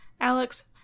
Alex